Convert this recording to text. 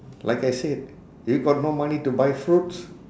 like I said if got no money to buy fruits